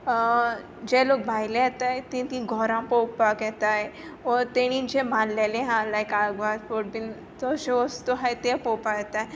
but जे लोक भायले येतात तीं तीं घरां पळोवपाक येतात वो तांणी जें बांदिल्लें आसा लायक गोंयांत फोर्ट बी तश्यो वस्तू आसा त्यो पळोवपाक येतात